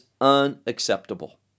unacceptable